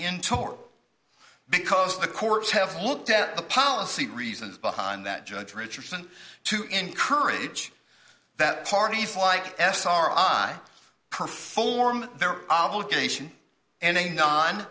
in tor because the courts have looked at the policy reasons behind that judge richardson to encourage that party flight sri perform their obligation and